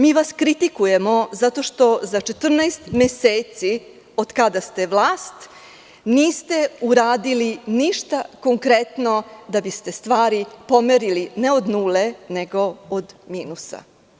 Mi vas kritikujemo zato što za 14 meseci, od kada ste vlast, niste uradili ništa konkretno da biste stvari pomerili, ne od nule, nego od minusa.